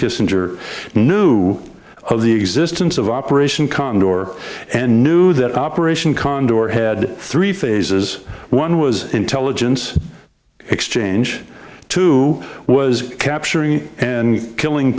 kissinger knew of the existence of operation condor and knew that operation condor ahead three phases one was intelligence exchange two was capturing and killing